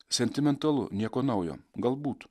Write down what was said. sentimentalu nieko naujo galbūt